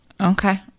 Okay